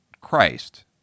Christ